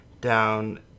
down